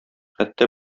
хәтта